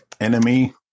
Enemy